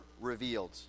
revealed